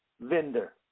vendor